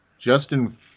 Justin